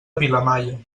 vilamalla